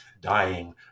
dying